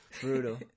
Brutal